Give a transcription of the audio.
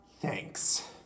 Thanks